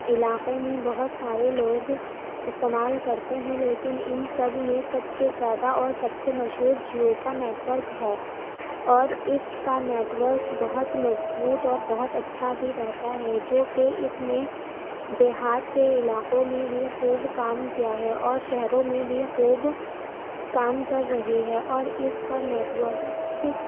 علاقے میں بہت سارے لوگ استعمال کرتے ہیں لیکن ان سب میں سب سے زیادہ اور سب سے مشہور جیو کا نیٹورک ہے اور اس کا نیٹورک بہت مضبوط اور بہت اچھا بھی رہتا ہے جوکہ اس میں دیہات کے علاقوں میں بھی خوب کام کیا ہے اور شہروں میں بھی خوب کام کر رہی ہے اور اس پر نیٹورک